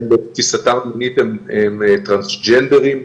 שהם טרנסג'נדרים,